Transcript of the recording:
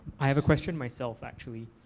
i have a question myself, actually.